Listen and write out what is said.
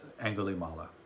Angulimala